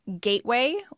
gateway